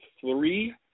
three